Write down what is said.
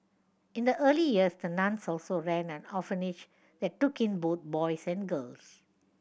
in the early years the nuns also ran an orphanage that took in both boys and girls